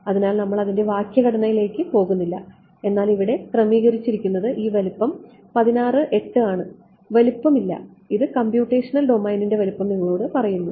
അതിനാൽ നമ്മൾ അതിൻറെ വാക്യഘടനയിലേക്ക് പോകുന്നില്ല എന്നാൽ ഇവിടെ ക്രമീകരിച്ചിരിക്കുന്നത് ഈ വലുപ്പം 16 8 ആണ് വലുപ്പം ഇല്ല ഇത് കമ്പ്യൂട്ടേഷണൽ ഡൊമെയ്നിന്റെ വലുപ്പം നിങ്ങളോട് പറയുന്നു